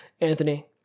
Anthony